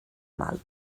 mal